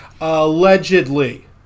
Allegedly